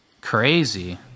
Crazy